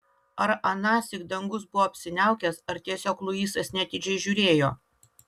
ar anąsyk dangus buvo apsiniaukęs ar tiesiog luisas neatidžiai žiūrėjo